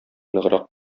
ныграк